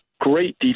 great